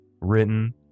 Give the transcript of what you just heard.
written